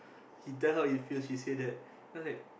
he tell how he feels she said that then after that